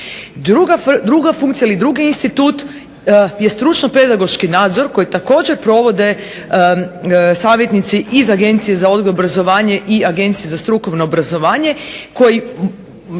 Druga funkcija ili drugi institut je stručno pedagoški nadzor koji također provode savjetnici iz Agencije za odgoj, obrazovanje i Agencije za strukovno obrazovanje koji